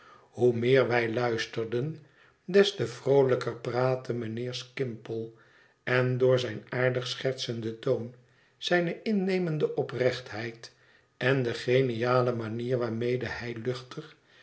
hoe meer wij luisterden des te vroohj'ker praatte mijnheer skimpole en door zijn aardig schertsenden toon zijne innemende oprechtheid en de geniale manier waarmede hij luchtig